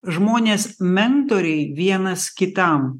žmonės mentoriai vienas kitam